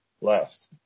left